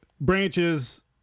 Branches